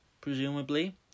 presumably